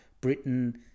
Britain